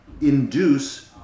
induce